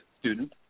student